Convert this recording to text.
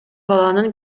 баланын